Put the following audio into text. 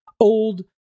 Old